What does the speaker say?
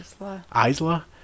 Isla